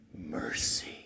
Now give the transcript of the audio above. mercy